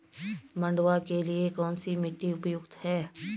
मंडुवा के लिए कौन सी मिट्टी उपयुक्त है?